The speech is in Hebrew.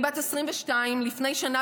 אני בת 22. לפני שנה,